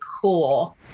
cool